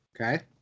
okay